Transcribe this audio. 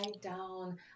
down